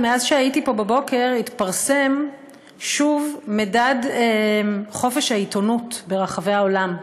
מאז שהייתי פה בבוקר התפרסם שוב מדד חופש העיתונות ברחבי העולם.